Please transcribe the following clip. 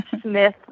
Smith